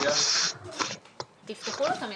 לא, לא שומע.